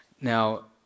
Now